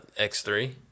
X3